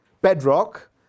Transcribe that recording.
bedrock